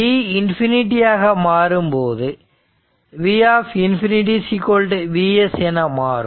t infinity ஆக மாறும்போது V∞ Vs என மாறும்